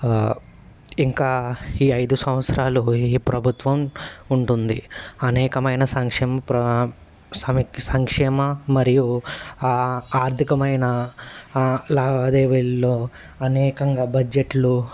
ఇంకా ఈ ఐదు సంవత్సరాలు ఈ ప్రభుత్వం ఉంటుంది అనేకమైన సంక్షేమ సంక్షేమ మరియు ఆర్థికమైన లావాదేవీల్లో అనేకంగా బజ్జెట్లు